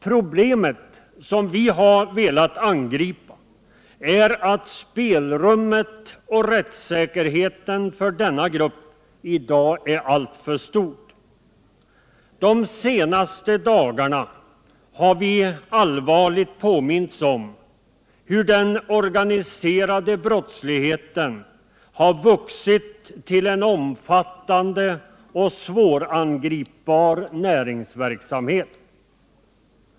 Problemet, som vi vill angripa, är att spelrummet och rättssäkerheten för denna grupp i dag är alltför stort. De senaste dagarna har vi allvarligt påmints om hur den organiserade brottsligheten har vuxit till en omfattande och svårangripbar näringsverksamhet.